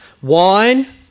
wine